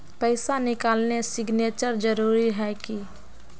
पैसा निकालने सिग्नेचर जरुरी है की?